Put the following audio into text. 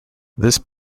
this